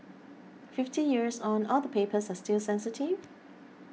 fifty years on all the papers are still sensitive